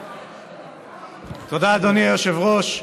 תודה, אדוני היושב-ראש.